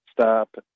stop